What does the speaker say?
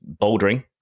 bouldering